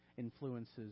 Influences